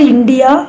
India